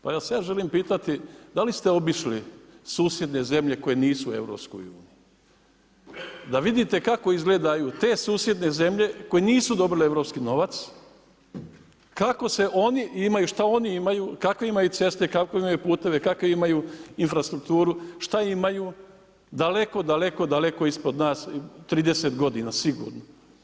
Pa vas ja želim pitati da li ste obišli susjedne zemlje koje nisu u Europskoj uniji da vidite kako izgledaju te susjedne zemlje koje nisu dobile europski novac kako se oni imaju, šta oni imaju, kakve imaju ceste, kakve imaju puteve, kakvu imaju infrastrukturu, šta imaju daleko, daleko ispod nas 30 godina sigurno.